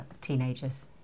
teenagers